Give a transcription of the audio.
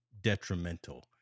detrimental